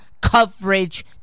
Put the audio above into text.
coverage